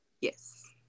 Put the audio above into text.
Yes